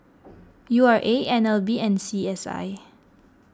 U R A N L B and C S I